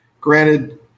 Granted